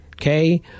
Okay